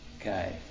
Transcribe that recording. okay